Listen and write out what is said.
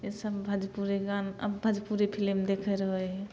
इसब भजपूरी गान अब भजपूरी फिल्म देखै रहै हइ